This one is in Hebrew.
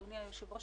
אדוני היושב-ראש,